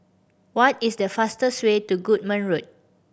what is the fastest way to Goodman Road